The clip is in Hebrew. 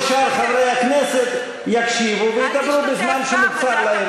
וכל שאר חברי הכנסת יקשיבו וידברו בזמן שמוקצב להם.